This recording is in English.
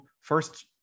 first